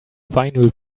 vinyl